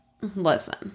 listen